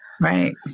Right